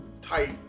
type